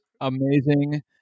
Amazing